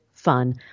Fun